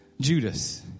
Judas